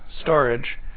storage